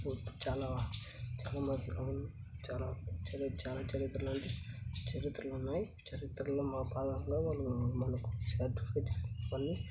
చాలా చాలా చాలా చరిత్రలు అంటే చరిత్రలు ఉన్నాయి చరిత్రలు మా కాలంలో వాళ్ళు మనకు స్యాక్రిఫైజ్ చేసినవి అన్నీ